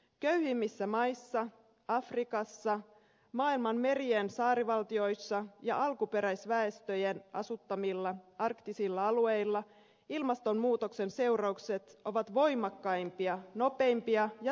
köyhimmissä maissa afrikassa maailman merien saarivaltioissa ja alkuperäisväestöjen asuttamilla alueilla ilmastonmuutoksen seuraukset ovat voimakkaimpia nopeimpia ja suurimpia